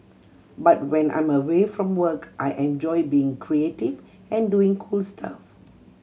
but when I'm away from work I enjoy being creative and doing cool stuff